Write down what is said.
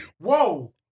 Whoa